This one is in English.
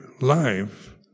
life